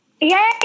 Yay